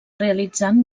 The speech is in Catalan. realitzant